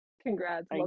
Congrats